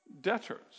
debtors